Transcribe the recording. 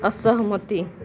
असहमति